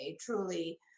truly